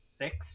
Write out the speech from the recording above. six